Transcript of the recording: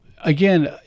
again